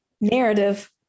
narrative